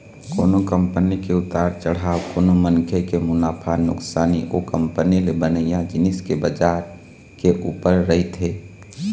कोनो कंपनी के उतार चढ़ाव कोनो मनखे के मुनाफा नुकसानी ओ कंपनी ले बनइया जिनिस के बजार के ऊपर रहिथे